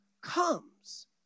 comes